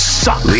suck